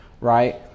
right